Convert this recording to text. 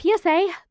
PSA